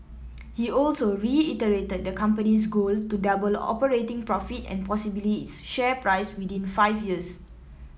he also reiterated the company's goal to double operating profit and possibly its share price within five years